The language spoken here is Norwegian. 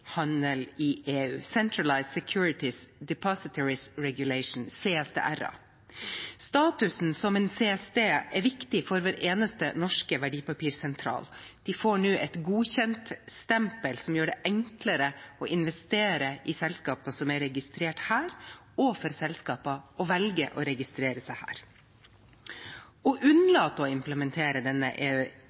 i EU, Centralized Securities Depositories Regulations, CSDR. Statusen som en CSD er viktig for vår eneste norske verdipapirsentral. De får nå et godkjentstempel som gjør det enklere å investere i selskaper som er registrert her, og for selskaper å velge å registrere seg her. Å unnlate å implementere denne